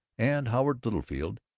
and howard littlefield,